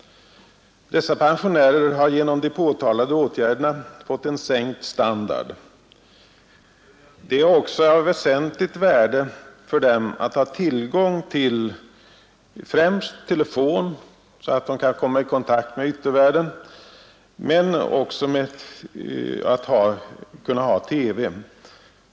Dessa pensionärer har genom de påtalade åtgärderna fått en sänkt standard. Det är också av väsentligt värde för dem att ha tillgång till främst telefon, så att de kan komma i kontakt med yttervärlden, men också att ha TV.